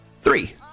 Three